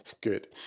Good